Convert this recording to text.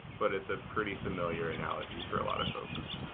but it's ah pretty familiar analogy for a lot of folks.